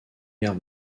guerre